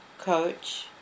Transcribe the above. coach